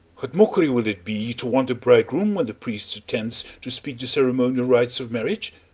what mockery will it be to want bridegroom when the priest attends to speak the ceremonial rites of marriage!